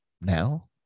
Now